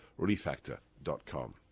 relieffactor.com